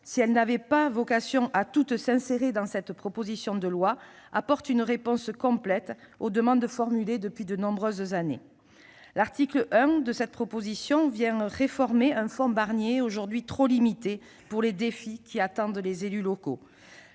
si elles n'avaient pas toutes vocation à s'insérer proposition de loi, apportent une réponse complète aux demandes formulées depuis de nombreuses années. L'article 1 de cette proposition de loi vient réformer un fonds Barnier aujourd'hui trop limité pour les défis qui attendent les élus locaux.